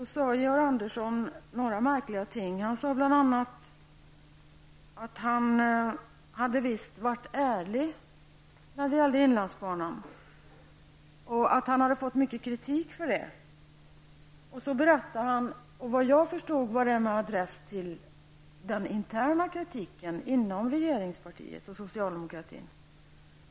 Han sade då bl.a. att han visst hade varit ärlig när det gällde inlandsbanan och att han hade fått mycket kritik för det. Då berättade han om, såvitt jag förstår, den interna kritiken inom regeringspartiet och socialdemokratin.